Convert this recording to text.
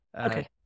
Okay